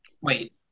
wait